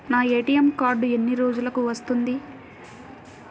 నా ATM card ఎన్ని రోజులకు వస్తుంది?